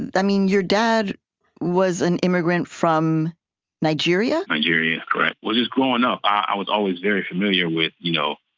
and i mean, your dad was an immigrant from nigeria nigeria correct. well, just growing up, i was always very familiar with, you know,